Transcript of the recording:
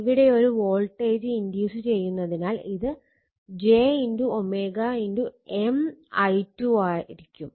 ഇവിടെയൊരു voltage induce ചെയ്യുന്നതിനാൽ ഇത് j M i2 ആയിരിക്കും